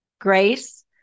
grace